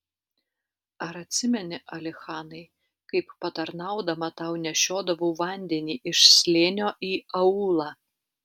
ar atsimeni alichanai kaip patarnaudama tau nešiodavau vandenį iš slėnio į aūlą